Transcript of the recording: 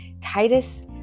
Titus